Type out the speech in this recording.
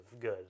good